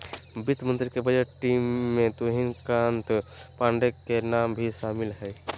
वित्त मंत्री के बजट टीम में तुहिन कांत पांडे के नाम भी शामिल हइ